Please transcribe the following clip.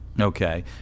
Okay